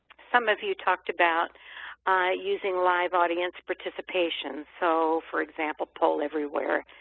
some of you talked about using live audience participation. so for example, poll everywhere,